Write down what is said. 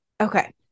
okay